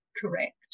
correct